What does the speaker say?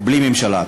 בלי הממשלה.